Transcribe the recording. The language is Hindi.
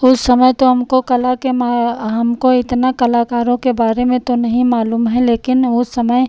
उस समय तो हमको कला के हमको इतना कलाकारों के बारे में तो नहीं मालूम है लेकिन उस समय